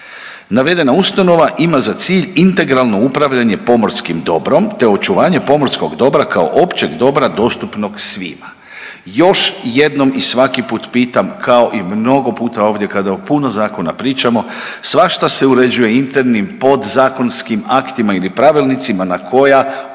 Navedena ustanova ima za cilj integralno upravljanje pomorskim dobrom, te očuvanje pomorskog dobra kao općeg dobra dostupnog svima. Još jednom i svaki put pitam kao i mnogo puta ovdje kada o puno zakona pričamo svašta se uređuje internim podzakonskim aktima ili pravilnicima na koja ovaj